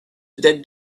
that